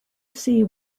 see